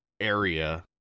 area